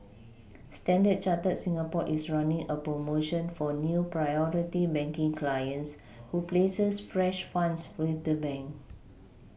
standard Chartered Singapore is running a promotion for new Priority banking clients who places fresh funds with the bank